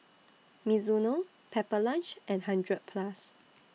Mizuno Pepper Lunch and hundred Plus